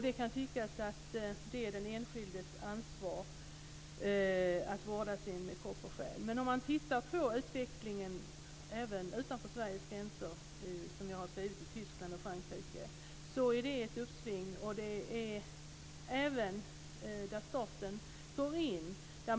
Det kan tyckas att det är den enskildes ansvar att vårda kropp och själ. Men tittar man på utvecklingen också utanför Sveriges gränser, i Tyskland och Frankrike som jag har skrivit, är det ett uppsving och även staten går in.